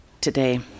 today